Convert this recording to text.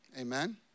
Amen